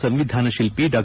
ಸಂವಿಧಾನ ಶಿಲ್ಪಿ ಡಾ